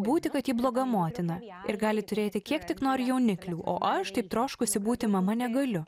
būti kad ji bloga motina ir gali turėti kiek tik nori jauniklių o aš taip troškusi būti mama negaliu